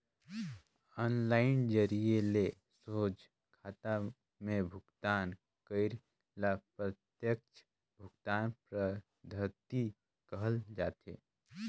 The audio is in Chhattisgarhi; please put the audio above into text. ऑनलाईन जरिए ले सोझ खाता में भुगतान करई ल प्रत्यक्छ भुगतान पद्धति कहल जाथे